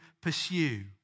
pursue